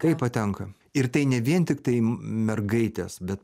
taip patenka ir tai ne vien tiktai mergaitės bet